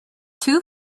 two